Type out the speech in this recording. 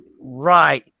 Right